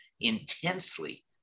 intensely